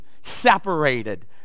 separated